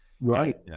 Right